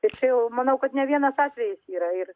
tai čia jau manau kad ne vienas atvejis yra ir